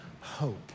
hope